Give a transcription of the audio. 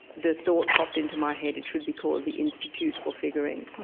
the thought popped into my head it should be called the institute for figuring.